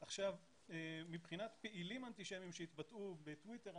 מבחינת פעילים שהתבטאו בטוויטר,